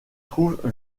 trouve